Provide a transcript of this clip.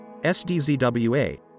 SDZWA